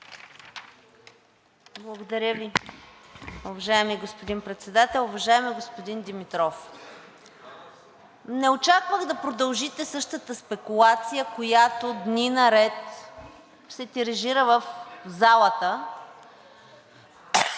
Благодаря Ви. Уважаеми господин Председател, уважаеми господин Димитров! Не очаквах да продължите същата спекулация, която дни наред се тиражира в залата.